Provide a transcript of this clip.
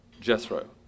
Jethro